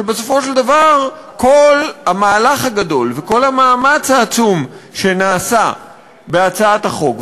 שבסופו של דבר כל המהלך הגדול וכל המאמץ העצום שנעשה בהצעת החוק,